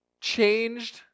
changed